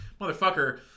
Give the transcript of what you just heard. motherfucker